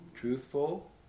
Truthful